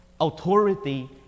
authority